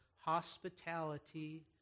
hospitality